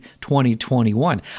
2021